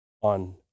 on